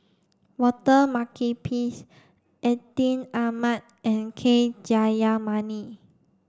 Walter Makepeace Atin Amat and K Jayamani